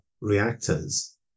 reactors